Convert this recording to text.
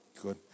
Good